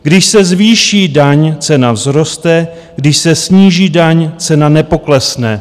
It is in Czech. Když se zvýší daň, cena vzroste, když se sníží daň, cena nepoklesne.